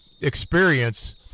experience